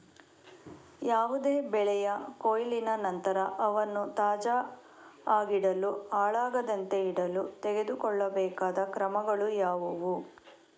ಯಾವುದೇ ಬೆಳೆಯ ಕೊಯ್ಲಿನ ನಂತರ ಅವನ್ನು ತಾಜಾ ಆಗಿಡಲು, ಹಾಳಾಗದಂತೆ ಇಡಲು ತೆಗೆದುಕೊಳ್ಳಬೇಕಾದ ಕ್ರಮಗಳು ಯಾವುವು?